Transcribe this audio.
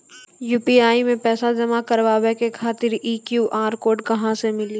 UPI मे पैसा जमा कारवावे खातिर ई क्यू.आर कोड कहां से मिली?